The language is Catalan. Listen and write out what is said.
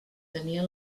tenia